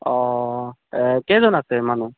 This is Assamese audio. অ কেইজন আছে মানুহ